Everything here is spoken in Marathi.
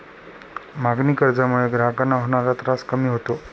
मागणी कर्जामुळे ग्राहकांना होणारा त्रास कमी होतो